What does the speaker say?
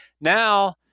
Now